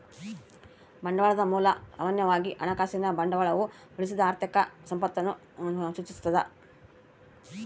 ಬಂಡವಾಳದ ಮೂಲ ಸಾಮಾನ್ಯವಾಗಿ ಹಣಕಾಸಿನ ಬಂಡವಾಳವು ಉಳಿಸಿದ ಆರ್ಥಿಕ ಸಂಪತ್ತನ್ನು ಸೂಚಿಸ್ತದ